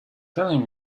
telling